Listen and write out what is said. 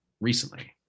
recently